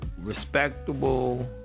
respectable